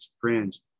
friends